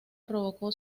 provocó